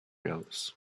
else